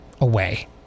away